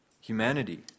humanity